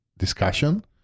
discussion